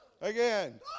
again